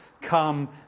come